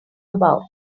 about